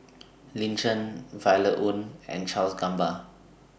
Lin Chen Violet Oon and Charles Gamba